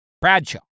Bradshaw